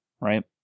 right